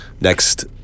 Next